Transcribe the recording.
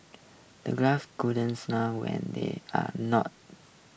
the guards couldn't laugh when they are not